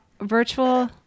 virtual